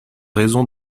raison